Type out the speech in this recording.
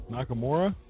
Nakamura